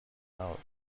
out